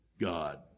God